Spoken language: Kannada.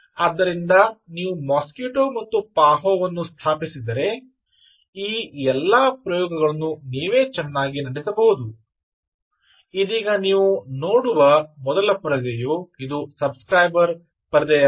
ಆದ್ದರಿಂದ ನೀವು ಮಾಸ್ಕಿಟೊ ಮತ್ತು ಪಾಹೋ ವನ್ನು ಸ್ಥಾಪಿಸಿದರೆ ಈ ಎಲ್ಲಾ ಪ್ರಯೋಗಗಳನ್ನು ನೀವೇ ಚೆನ್ನಾಗಿ ನಡೆಸಬಹುದು ಆದ್ದರಿಂದ ಇದೀಗ ನೀವು ನೋಡುವ ಮೊದಲ ಪರದೆಯು ಇದು ಸಬ್ ಸ್ಕ್ರೈಬರ್ ಪರದೆಯಾಗಿದೆ